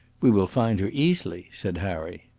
we will find her easily, said harry.